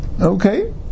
Okay